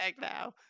now